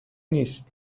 نیست